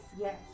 Yes